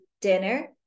dinner